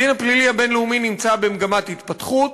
הדין הפלילי הבין-לאומי נמצא במגמת התפתחות,